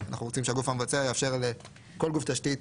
אנחנו רוצים שהגוף המבצע יאפשר לכל גוף תשתית,